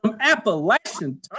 Appalachian